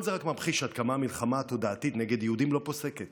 כל זה רק ממחיש עד כמה המלחמה התודעתית נגד יהודים לא פוסקת,